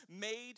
made